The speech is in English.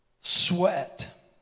sweat